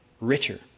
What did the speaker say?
richer